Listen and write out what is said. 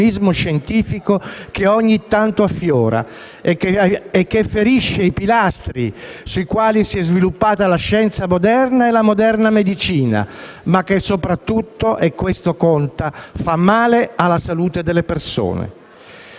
scientifici che ogni tanto affiorano e feriscono i pilastri sui quali si sono sviluppate la scienza moderna e la moderna medicina, ma che soprattutto - questo è ciò conta - fanno male alla salute delle persone.